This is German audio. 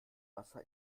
wasser